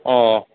ও